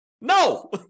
No